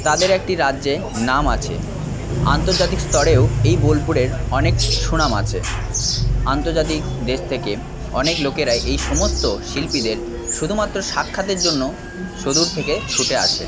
তাদের একটি রাজ্যে নাম আছে আন্তর্জাতিক স্তরেও এই বোলপুরের অনেক সুনাম আছে আন্তর্জাতিক দেশ থেকে অনেক লোকেরাই এই সমস্ত শিল্পীদের শুধুমাত্র সাক্ষাতের জন্য সুদূর থেকে ছুটে আসে